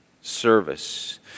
service